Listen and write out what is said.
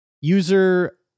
User